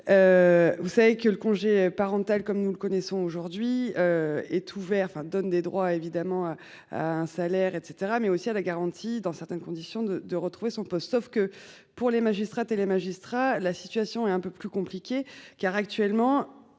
Vous savez que le congé parental comme nous le connaissons aujourd'hui. Est ouvert enfin donne des droits évidemment. Un salaire et cetera mais aussi à la garantie dans certaines conditions de de retrouver son poste. Sauf que pour les magistrats, les magistrats, la situation est un peu plus compliqué car actuellement.